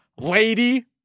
lady